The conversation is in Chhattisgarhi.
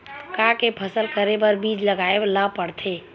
का के फसल करे बर बीज लगाए ला पड़थे?